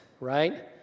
right